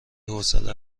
حوصله